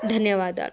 ధన్యవాదాలు